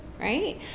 right